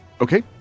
Okay